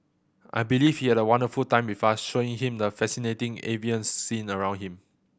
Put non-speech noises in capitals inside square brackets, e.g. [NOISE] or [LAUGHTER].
I believe he had a wonderful time [UNINTELLIGIBLE] showing him the fascinating avian scene around him